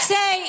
Say